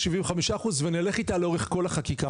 75% ונלך איתה לאורך כל החקיקה.